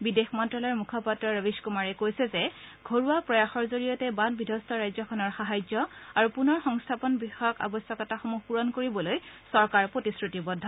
বিদেশ মন্ত্যালয়ৰ মুখপাত্ৰ ৰবীশ কুমাৰে কৈছে যে ঘৰুৱা প্ৰয়াসৰ জৰিয়তে বান বিধ্বস্ত ৰাজ্যখনৰ সাহায্য আৰু পূনৰ সংস্থাপন বিষয়ক আৱ্যশকতাসমূহ পূৰণ কৰিবলৈ চৰকাৰ প্ৰতিশ্ৰতিবদ্ধ